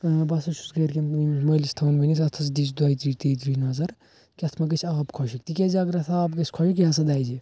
ٲں بہٕ ہسا چھُس گھرکیٚن ٲں مٲلِس تھاوان ونتھ اَتھ ہسا دیٖزِ دۄیہِ دُہہِ ترٛیہِ دُہہِ نظر کہِ اتھ ما گژھہِ آب خۄشِک تِکیٚازِ اگر اَتھ آب گژھہِ خۄشِک یہِ ہسا دَزِ